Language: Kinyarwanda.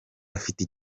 afite